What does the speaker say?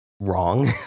wrong